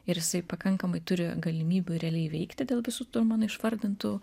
ir jisai pakankamai turi galimybių realiai veikti dėl visų tų mano išvardintų